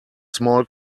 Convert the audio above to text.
small